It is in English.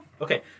Okay